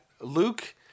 Luke